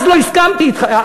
אז לא הסכמתי אתך,